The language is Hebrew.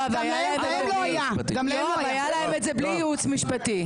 היה להם את זה בלי ייעוץ משפטי.